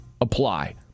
apply